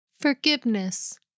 forgiveness